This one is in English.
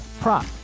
prop